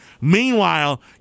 Meanwhile